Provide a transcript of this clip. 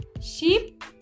sheep